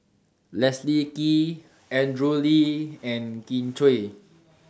Leslie Kee Andrew Lee and Kin Chui